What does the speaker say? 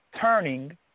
turning